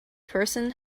person